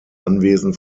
anwesen